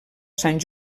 sant